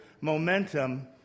momentum